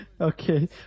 Okay